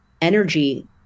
energy